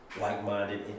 like-minded